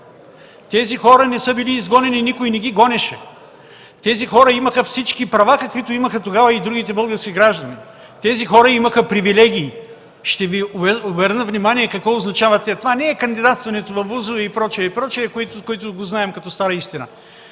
Тези хора не са били изгонени и никой не ги гонеше. Тези хора имаха всички права, каквито имаха тогава и другите български граждани. Тези хора имаха привилегии. Ще Ви обърна внимание и какво означават те. Това не е кандидатстване във вузове и прочие, и прочие, които го знаем като стара истина.